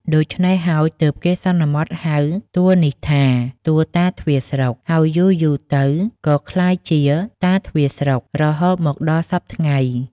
ដូច្នេះហើយ ទើបគេសន្មតហៅទួលនេះថា "ទួលតាទ្វារស្រុក" ហើយយូរៗទៅក៏ក្លាយជា "តាទ្វារស្រុក" រហូតមកដល់សព្វថ្ងៃ ។